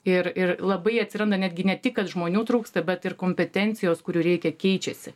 ir ir labai atsiranda netgi ne tik kad žmonių trūksta bet ir kompetencijos kurių reikia keičiasi